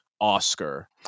Oscar